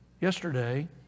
yesterday